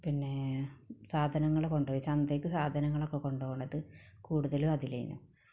പിന്നേ സാധനങ്ങള് കൊണ്ടുപോകാൻ ചന്തയ്ക്ക് സാധനങ്ങള് ഒക്കെ കൊണ്ടുപോകുന്നത് കൂടുതലും അതിലായിരുന്നു